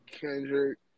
Kendrick